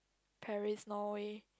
Paris Norway